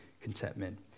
contentment